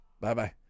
Bye-bye